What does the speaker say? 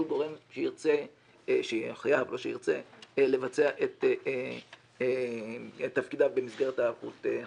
גורם שיהיה חייב לבצע את תפקידיו במסגרת ההיערכות הזאת.